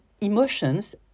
emotions